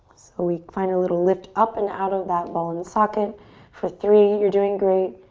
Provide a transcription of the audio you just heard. we find a little lift up and out of that ball and socket for three, you're doing great.